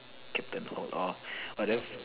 captain orh but then